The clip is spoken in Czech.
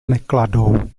nekladou